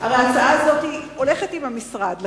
הרי ההצעה הזאת הולכת עם המשרד.